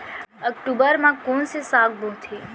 अक्टूबर मा कोन से साग बोथे?